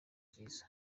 ryiza